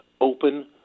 open